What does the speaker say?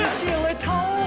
shillitoe!